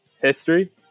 history